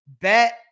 Bet